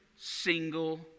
single